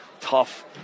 tough